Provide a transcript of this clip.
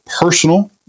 Personal